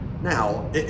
Now